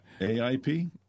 AIP